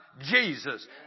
Jesus